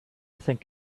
think